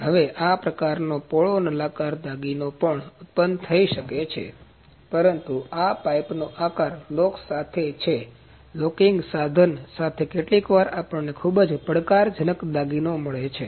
હવે આ પ્રકારનો પોલો નળાકાર દાગીનો પણ ઉત્પન્ન થઈ શકે છે પરંતુ આ પાઇપનો આકાર લોક સાથે છે લોકિંગ સાધન સાથે કેટલીકવાર આપણને ખૂબ જ પડકારજનક દાગીના મળે છે